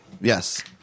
Yes